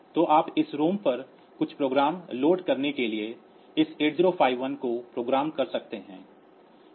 तो आप इस ROM पर कुछ प्रोग्राम लोड करने के लिए इस 8051 को प्रोग्राम कर सकते हैं